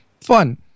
fun